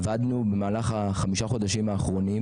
עבדנו במהלך החמישה חודשים האחרונים